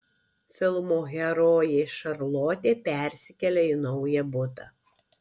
filmo herojė šarlotė persikelia į naują butą